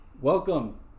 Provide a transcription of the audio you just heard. Welcome